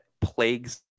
plagues